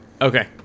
Okay